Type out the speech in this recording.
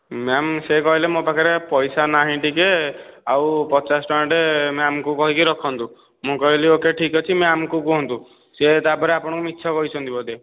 ma'am ସେ କହିଲେ ମୋ' ପାଖରେ ପଇସା ନାହିଁ ଟିକିଏ ଆଉ ପଚାଶ ଟଙ୍କାଟେ ମ୍ୟାମଙ୍କୁ କହିକି ରଖନ୍ତୁ ମୁଁ କହିଲି ଓକେ ଠିକ ଅଛି ମ୍ୟାମଙ୍କୁ କୁହନ୍ତୁ ସେ ତା'ପରେ ଆପଣଙ୍କୁ ମିଛ କହିଛନ୍ତି ବୋଧେ